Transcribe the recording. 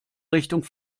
richtung